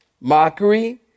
Mockery